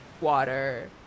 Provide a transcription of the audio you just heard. water